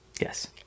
yes